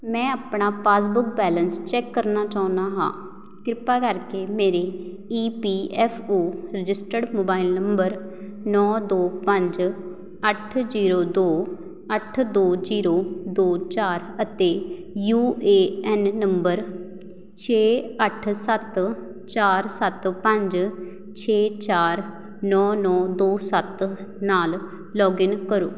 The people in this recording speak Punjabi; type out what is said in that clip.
ਮੈਂ ਆਪਣਾ ਪਾਸਬੁੱਕ ਬੈਲੰਸ ਚੈੱਕ ਕਰਨਾ ਚਾਹੁੰਦਾ ਹਾਂ ਕਿਰਪਾ ਕਰਕੇ ਮੇਰੇ E P F O registered mobile number ਨੌਂ ਦੋ ਪੰਜ ਅੱਠ ਜੀਰੋ ਦੋ ਅੱਠ ਦੋ ਜੀਰੋ ਦੋ ਚਾਰ ਅਤੇ ਯੂ ਏ ਐਨ ਨੰਬਰ ਛੇ ਅੱਠ ਸੱਤ ਚਾਰ ਸੱਤ ਪੰਜ ਛੇ ਚਾਰ ਨੌਂ ਨੌਂ ਦੋ ਸੱਤ ਨਾਲ ਲੌਗਇਨ ਕਰੋ